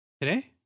today